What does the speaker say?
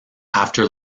after